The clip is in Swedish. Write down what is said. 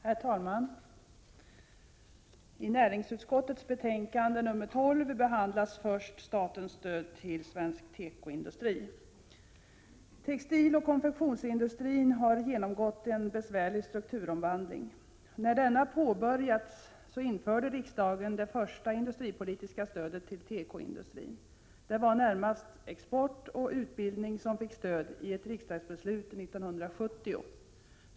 Herr talman! I näringsutskottets betänkande nr 12 behandlas först statens stöd till svensk tekoindustri. Textiloch konfektionsindustrin har genomgått en besvärlig strukturomvandling. När denna påbörjats införde riksdagen det första industripolitiska stödet till tekoindustrin. Det var närmast export och utbildning som fick stöd genom ett riksdagsbeslut 1970.